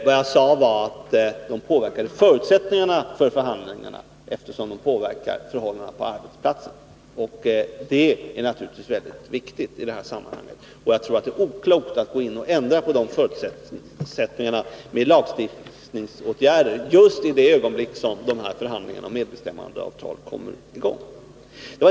Vad jag sade var att de påverkade förutsättningarna för förhandlingarna, eftersom de påverkar förhållandena på arbetsplatserna, och det är naturligtvis väldigt viktigt i det här sammanhanget. Jag tror att det är oklokt att gå in och ändra på de förutsättningarna med lagstiftningsåtgärder just i det ögonblick då förhandlingarna om medbestämmandeavtal kommer i gång.